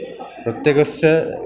प्रत्येकस्य